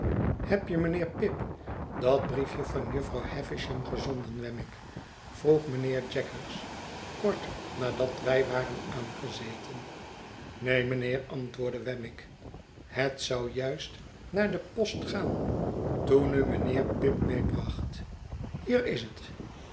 heb je mijnheer pip dat briefje van jufvrouw havisham gezonden wemmick vroeg mijnheer jaggers kort nadat wij waren aangezeten neen mijnheer antwoordde wemmick het zou juist naar de post gaan toen u mijnheer pip meebracht hier is het